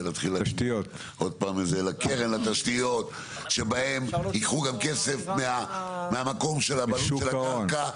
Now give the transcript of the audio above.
עוד פעם איזה קרן לתשתיות שבהם ייקחו גם כסף מהמקום של הקרקע,